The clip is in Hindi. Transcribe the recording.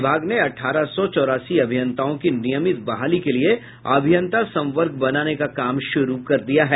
विभाग ने अठारह सौ चौरासी अभियंताओं की नियमित बहाली के लिये अभियंता संवर्ग बनाने का काम शुरू कर दिया है